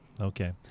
Okay